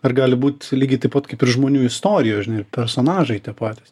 ar gali būt lygiai taip pat kaip ir žmonių istorijos žinai ir personažai tie patys